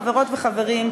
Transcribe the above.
חברות וחברים,